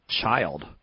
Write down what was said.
child